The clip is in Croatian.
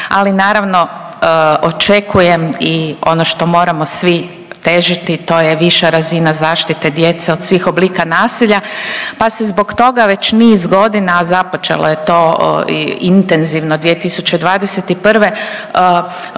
ali naravno očekujem i ono što moramo svi težiti to je viša razina zaštite djece od svih oblika nasilja, pa se zbog toga već niz godina, a započelo je to i intenzivno 2021.